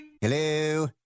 Hello